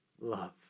love